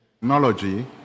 technology